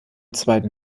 zweiten